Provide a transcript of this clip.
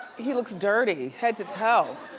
he looks dirty head to toe.